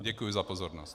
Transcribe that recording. Děkuji za pozornost.